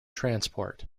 transport